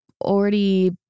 already